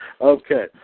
Okay